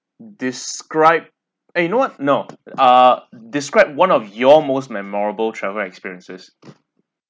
describe eh you know what no uh describe one of your most memorable travel experiences